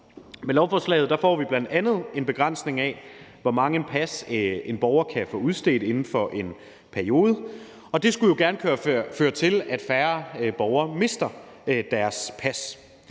Med lovforslaget får vi bl.a. en begrænsning af, hvor mange pas en borger kan få udstedt inden for en periode, og det skulle jo gerne kunne føre til, at færre borgere mister deres pas.